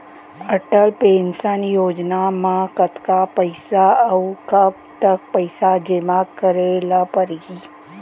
Atal pension योजना म कतका पइसा, अऊ कब तक पइसा जेमा करे ल परही?